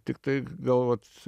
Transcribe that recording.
tiktai gal vat